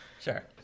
Sure